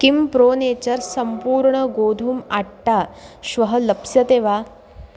किं pro nature सम्पूर्णगोधूम् आट्टा श्वः लप्स्यते वा